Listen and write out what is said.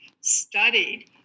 studied